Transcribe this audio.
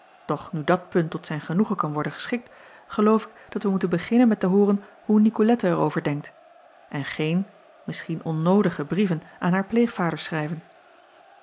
doch nu dat punt tot zijn genoegen kan worden geschikt geloof ik dat wij moeten beginnen met te hooren hoe icolette er over denkt en geen misschien onnoodige brieven aan haar pleegvaders schrijven